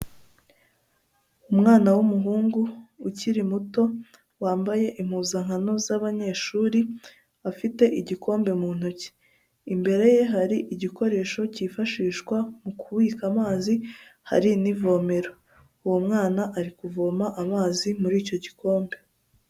Umwana w'umuhungu ukiri muto wambaye impuzankano z'abanyeshuri afite igikombe mu ntoki, imbere ye hari igikoresho kifashishwa mu kubika amazi hari n'ivomero, uwo mwana ari kuvoma amazi muri icyo gikombe.